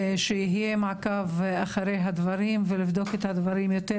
שיהיה מעקב אחרי הדברים ולבדוק את הדברים יותר